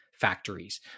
factories